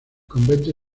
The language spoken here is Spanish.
convento